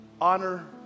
honor